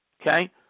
okay